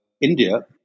India